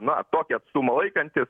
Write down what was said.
na tokio atstumo laikantis